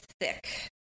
thick